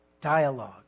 Dialogue